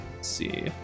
see